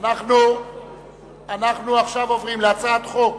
אנחנו עכשיו עוברים להצבעה על הצעת חוק